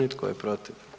I tko je protiv?